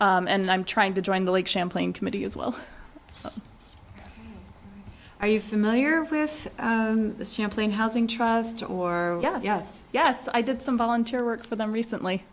and i'm trying to join the lake champlain committee as well are you familiar with the sampling housing trust or yes yes yes i did some volunteer work for them recently